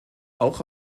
auch